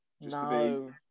No